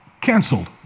canceled